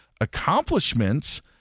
accomplishments